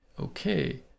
Okay